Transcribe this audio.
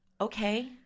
okay